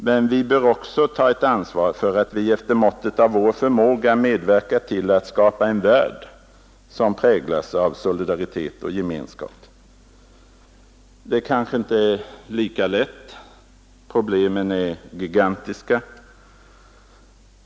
Men vi bör också ta ett ansvar för att vi efter måttet av vår förmåga medverkar till att skapa en värld som präglas av solidaritet och gemenskap. Det kanske inte är lika lätt. Problemen är gigantiska.